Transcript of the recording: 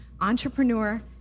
entrepreneur